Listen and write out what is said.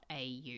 AU